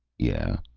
yeah?